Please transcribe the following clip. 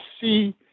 see